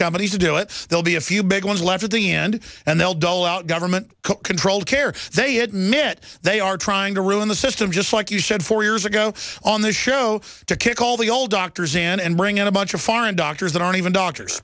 companies to do it they'll be a few big ones allegedly and and they'll dole out government controlled care they admit they are trying to ruin the system just like you said four years ago on the show to kick all the old doctors and bring in a bunch of foreign doctors that aren't even doctors